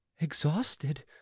exhausted